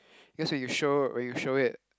that's when you show when you show it